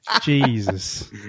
Jesus